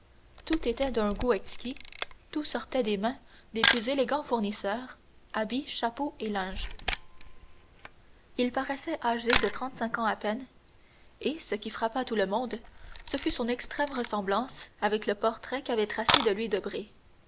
tout était d'un goût exquis tout sortait des mains des plus élégants fournisseurs habits chapeau et linge il paraissait âgé de trente-cinq ans à peine et ce qui frappa tout le monde ce fut son extrême ressemblance avec le portrait qu'avait tracé de lui